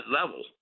level